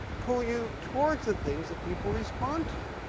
pull you towards the things that people respond to.